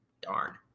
Darn